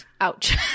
Ouch